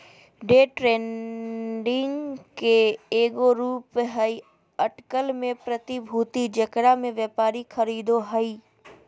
day trading के एगो रूप हइ अटकल में प्रतिभूति जेकरा में व्यापारी खरीदो हइ